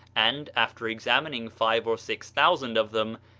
and, after examining five or six thousand of them,